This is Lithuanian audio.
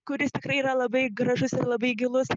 kuris tikrai yra labai gražus ir labai gilus